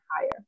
higher